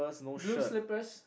blue slippers